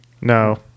No